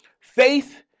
faith